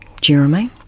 Jeremy